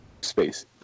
space